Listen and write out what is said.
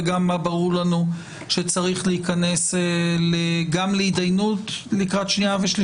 ומה ברור לנו שצריך להיכנס גם להתדיינות לקראת הקריאה השנייה והקריאה